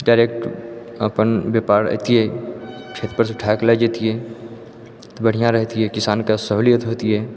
direct अपन व्यापार अइतियै खेत पर सँ उठाए कऽ लए जेतियै तऽ बढ़िऑं रहितियै किसान के सहूलियत होइतियै